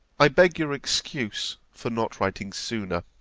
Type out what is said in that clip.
i beg your excuse for not writing sooner.